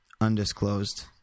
undisclosed